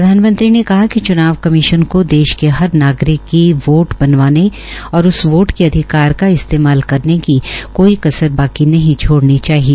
प्रधानमंत्री ने कहा कि च्नाव कमीश्न को देश के हर नागरिक की वोट बनवाने और उस वोट के अधिकार का इस्तेमाल करने की कोई कसर बाकी नहीं छोड़नी चाहिए